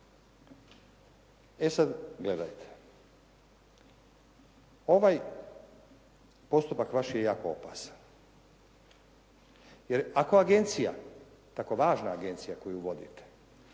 E sad gledajte, ovaj postupak vaš je jako opasan jer ako agencija, tako važna agencija koju vodite,